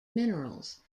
minerals